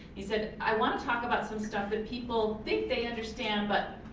he said, i wanna talk about some stuff that people think they understand but